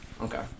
Okay